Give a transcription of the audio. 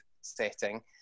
setting